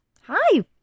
Hi